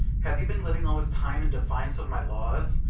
have you been living all this time in defiance of my laws,